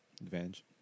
advantage